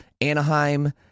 Anaheim